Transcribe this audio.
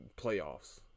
playoffs